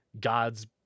God's